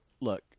look